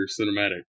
cinematic